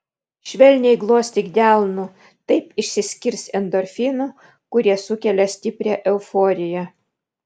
švelniai glostyk delnu taip išsiskirs endorfinų kurie sukelia stiprią euforiją